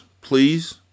please